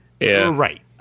Right